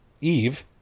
Eve